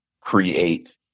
create